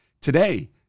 today